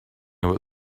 about